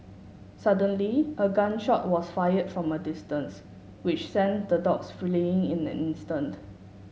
suddenly a gun shot was fired from a distance which sent the dogs fleeing in an instant